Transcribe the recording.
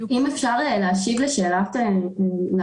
אם אפשר להשיב להערה.